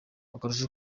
akarusho